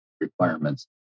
Requirements